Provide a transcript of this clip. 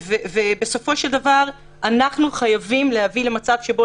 בסופו של דבר אנחנו חייבים להביא למצב שבו